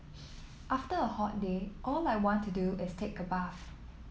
after a hot day all I want to do is take a bath